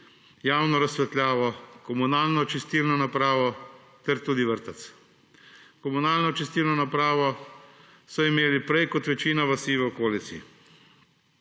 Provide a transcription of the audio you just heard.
javno razsvetljavo, komunalno čistilno napravo ter tudi vrtec. Komunalno čistilno napravo so imeli prej kot večina vasi v okolici.